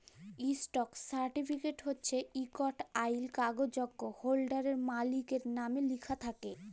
stock certificate হছে ইকট আইল কাগ্যইজ হোল্ডারের, মালিকের লামে লিখ্যা থ্যাকে